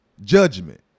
Judgment